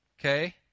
Okay